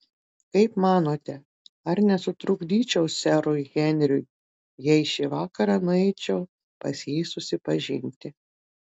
kaip manote ar nesutrukdyčiau serui henriui jei šį vakarą nueičiau pas jį susipažinti